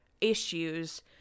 issues